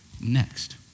next